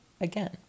again